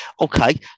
Okay